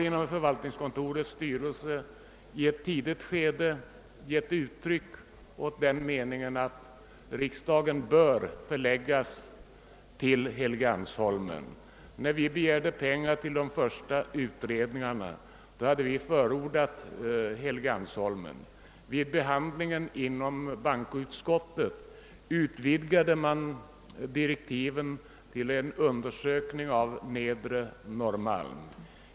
Inom förvaltningskontorets styrelse har vi i ett tidigt skede givit uttryck åt den meningen att riksdagen bör förläggas till Helgeandsholmen. När vi begärde pengar till de första utredningarna, hade vi förordat Helgeandsholmen. Vid behandlingen inom bankoutskottet utvidgade man direktiven till att omfatta en undersökning av Nedre Norrmalm.